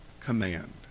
command